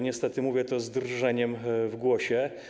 Niestety mówię to z drżeniem w głosie.